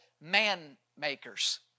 man-makers